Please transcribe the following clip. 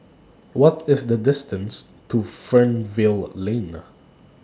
What IS The distance to Fernvale Lane